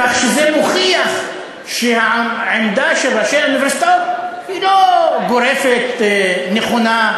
כך שזה מוכיח שהעמדה של ראשי האוניברסיטאות היא לא גורפת נכונה.